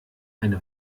eine